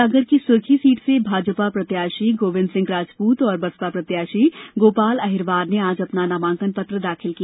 सागर की सुरखी सीट से भाजपा प्रत्याशी गोविंद सिंह राजपूत और बसपा प्रत्याशी गोपाल अहिरवार ने आज अपना नामांकन पत्र दाखिल किया